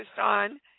on